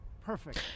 perfect